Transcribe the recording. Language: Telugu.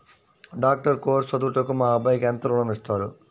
డాక్టర్ కోర్స్ చదువుటకు మా అబ్బాయికి ఎంత ఋణం ఇస్తారు?